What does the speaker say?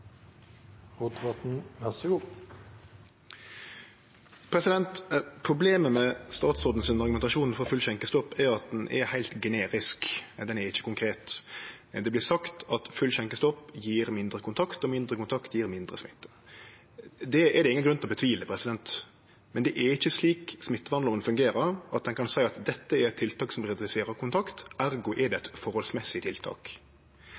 heilt generisk – den er ikkje konkret. Det vert sagt at full skjenkestopp gjev mindre kontakt, og mindre kontakt gjev mindre smitte. Det er det ingen grunn til å tvile på. Men smittevernlova fungerer ikkje slik at ein kan seie at dette er eit tiltak som reduserer kontakt, ergo er det eit forholdsmessig tiltak.